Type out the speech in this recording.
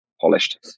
polished